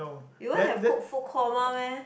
you all have cooked food coma meh